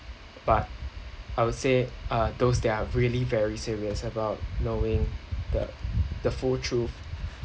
but I would say uh those that are really very serious about knowing the the full truth